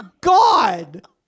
God